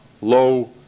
low